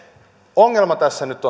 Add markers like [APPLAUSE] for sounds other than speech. ongelma tässä nyt [UNINTELLIGIBLE]